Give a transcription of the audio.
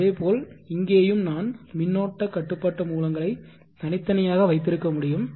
அதேபோல் இங்கேயும் நான் மின்னோட்ட கட்டுப்பாட்டு மூலங்களை தனித்தனியாக வைத்திருக்க முடியும்